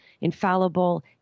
infallible